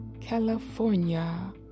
California